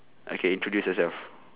okay introduce yourself